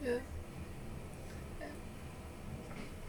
ya